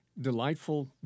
delightful